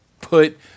put